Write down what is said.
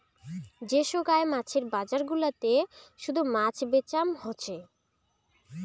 যে সোগায় মাছের বজার গুলাতে শুধু মাছ বেচাম হসে